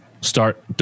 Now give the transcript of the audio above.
start